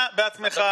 אתם מסכימים, חברים?